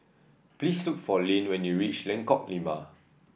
please look for Lynne when you reach Lengkok Lima